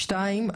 שניים,